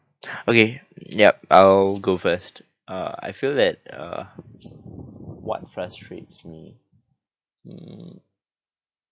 okay yup I'll go first uh I feel that uh what frustrates me mm